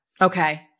Okay